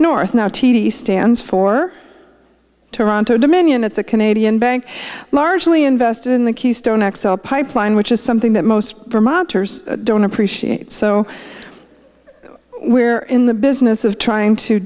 north now t d stands for toronto dominion it's a canadian bank largely invested in the keystone x l pipeline which is something that most vermonters don't appreciate so where in the business of trying to